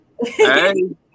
hey